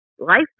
Life